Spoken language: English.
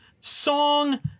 song